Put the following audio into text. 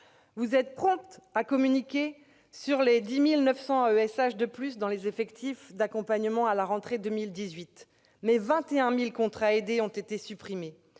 Vous êtes prompts à communiquer sur les 10 900 AESH supplémentaires dans les effectifs d'accompagnement à la rentrée 2018. Mais 21 000 contrats aidés ont été supprimés.